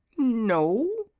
no?